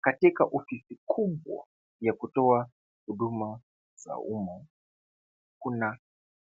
Katika ofisi kubwa ya kutoa huduma za umma kuna